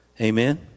Amen